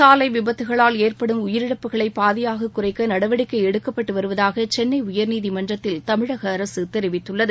சாலை விபத்துக்களால் ஏற்படும் உயிரிழப்புகளை பாதியாகக் குறைக்க நடவடிக்கை எடுக்கப்பட்டு வருவதாக சென்னை உயர்நீதிமன்றத்தில் தமிழக அரசு தெரிவித்துள்ளது